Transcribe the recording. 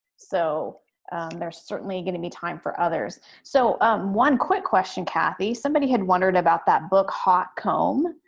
so there's certainly going to be time for others. so one quick question cathy. somebody had wondered about that book hot comb,